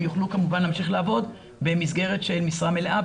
יוכלו כמובן להמשיך לעבוד במסגרת של משרה מלאה,